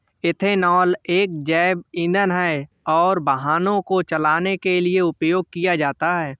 ethanol एक जैव ईंधन है और वाहनों को चलाने के लिए उपयोग किया जाता है